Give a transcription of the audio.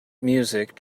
music